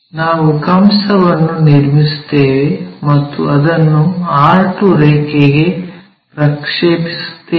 ನಾವು ಕಂಸವನ್ನು ನಿರ್ಮಿಸುತ್ತೇವೆ ಮತ್ತು ಅದನ್ನು r2 ರೇಖೆಗೆ ಪ್ರಕ್ಷೇಪಿಸುತ್ತೇವೆ